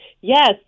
Yes